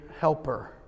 helper